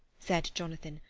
said jonathan,